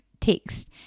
text